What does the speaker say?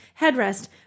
headrest